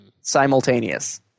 Simultaneous